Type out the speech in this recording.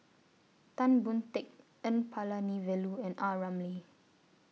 Tan Boon Teik N Palanivelu and A Ramli